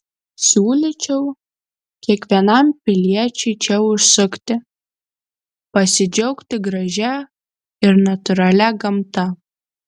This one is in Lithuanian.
siūlyčiau kiekvienam piliečiui čia užsukti pasidžiaugti gražia ir natūralia gamta